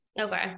Okay